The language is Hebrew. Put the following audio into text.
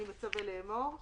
אני מצווה לאמור: